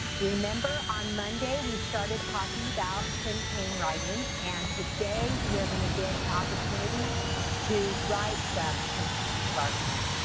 remember on monday we started talking about so cinquain writing and today we are gonna get an opportunity to write some cinquains of our own.